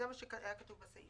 וזה מה שהיה כתוב בסעיף.